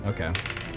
Okay